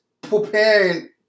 preparing